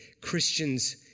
Christians